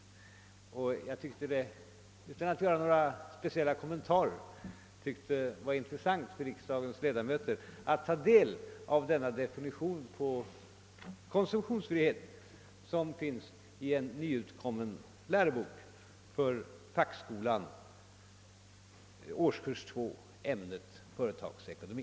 Och jag tyckte — utan att göra några speciella kommentarer — att det var intressant att låta riksdagens ledamöter ta del av denna definition på konsumtionsfrihet som finns i en nyutkommen lärobok för fackskolan, årskurs 2, ämnet företagsekonomi.